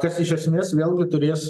kas iš esmės vėlgi turės